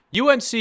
UNC